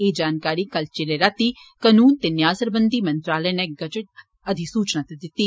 एह् जानकारी कल चिरें राती कनून ते न्याय सरबंधी मंत्रालय नै गजट अधिसूचना च दित्ती